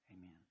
Amen